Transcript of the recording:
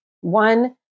One